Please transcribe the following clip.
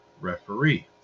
referee